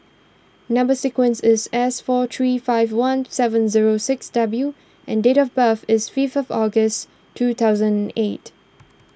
Number Sequence is S four three five one seven zero six W and date of birth is fifth August two thousand eight